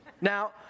Now